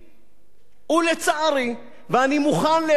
ואני מוכן לאכול את הכובע ולחזור בי מכל אמירה,